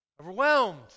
Overwhelmed